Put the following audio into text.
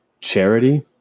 charity